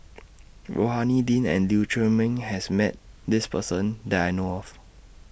Rohani Din and Lee Chiaw Meng has Met This Person that I know of